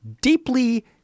deeply